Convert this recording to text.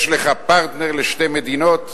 יש לך פרטנר לשתי מדינות?